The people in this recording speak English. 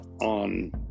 on